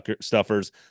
stuffers